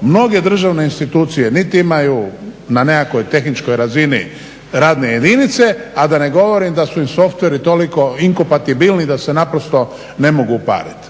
mnoge državne institucije niti imaju na nekakvoj tehničkoj razini radne jedinice, a da ne govorim da su im softveri toliko inkompatibilni da se naprosto ne mogu upaliti.